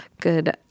Good